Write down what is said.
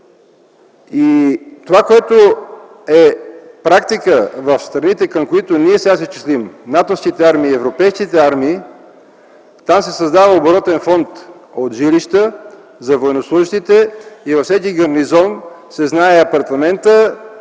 готови жилища. Практиката в страните, към които ние сега се числим – натовските и европейските армии, е да се създава оборотен фонд от жилища за военнослужещите и във всеки гарнизон се знае апартаментът